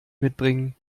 mitbringen